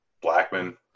Blackman